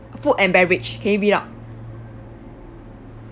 food and beverage can you read out